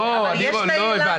לא, אני אסביר.